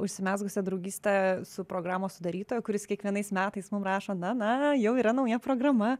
užsimezgusia draugyste su programos sudarytoju kuris kiekvienais metais mum rašo na na jau yra nauja programa